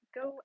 go